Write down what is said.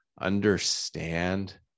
understand